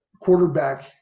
quarterback